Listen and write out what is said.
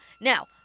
now